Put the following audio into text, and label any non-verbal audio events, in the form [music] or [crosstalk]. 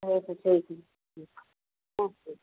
[unintelligible]